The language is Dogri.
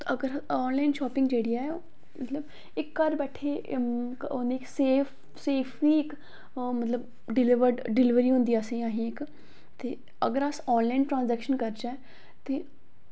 अगर आनलाईन शापिंग जेह्ड़ी ऐ मतलब एह् घर बैठे दे हून एह् सेफ सेफ ही इक मतलब डिलीवरड डिलवरी होंदी ऐ असें असें इक ते अगर अस आनलाईन ट्रांसजेक्शन करचै ते